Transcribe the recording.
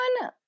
one